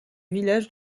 village